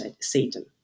Satan